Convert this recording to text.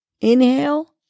Inhale